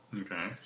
Okay